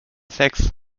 sex